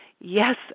Yes